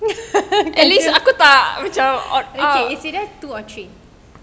okay it's either two or three